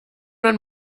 man